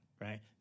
right